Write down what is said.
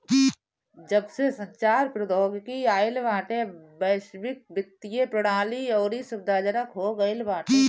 जबसे संचार प्रौद्योगिकी आईल बाटे वैश्विक वित्तीय प्रणाली अउरी सुविधाजनक हो गईल बाटे